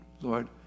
Lord